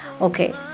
okay